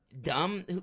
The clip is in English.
dumb